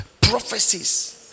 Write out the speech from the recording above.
Prophecies